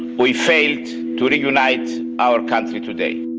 we failed to reunite our country today.